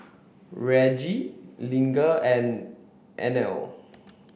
Reggie Lige and Inell